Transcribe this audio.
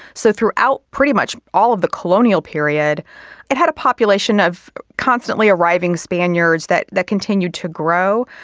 so throughout pretty much all of the colonial period it had a population of constantly arriving spaniards that that continued to grow.